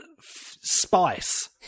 spice